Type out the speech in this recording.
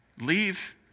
leave